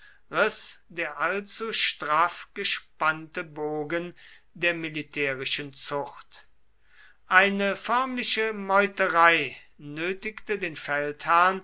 riß der allzu straff gespannte bogen der militärischen zucht eine förmliche meuterei nötigte den feldherrn